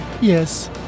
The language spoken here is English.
Yes